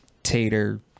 tater